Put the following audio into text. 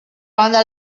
banda